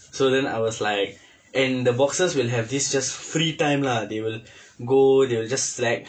so then I was like and the boxers will have this just free time lah they will go they will just slack